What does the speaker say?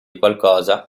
qualcosa